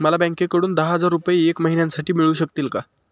मला बँकेकडून दहा हजार रुपये एक महिन्यांसाठी मिळू शकतील का?